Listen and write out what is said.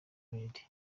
maid